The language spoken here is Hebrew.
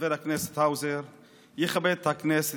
שחבר הכנסת האוזר יכבד את הכנסת,